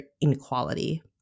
inequality